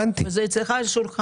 אז אצלך על השולחן.